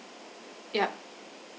yup